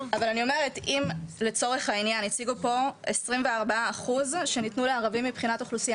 אם לצורך העניין הציגו פה 24% שניתנו לערבים מבחינת אוכלוסייה,